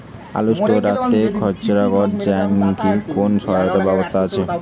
আলু স্টোরে রাখতে খরচার জন্যকি কোন সহায়তার ব্যবস্থা আছে?